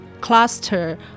cluster